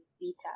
Beta